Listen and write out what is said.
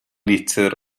litr